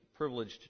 Privileged